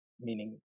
Meaning